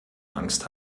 angst